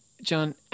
John